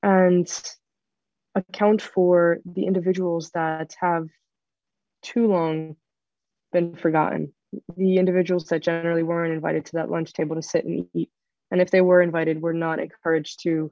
and account for the individuals that have too long been forgotten the individuals that generally weren't invited to that lunch table to sit and eat and if they were invited were not encouraged to